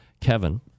Kevin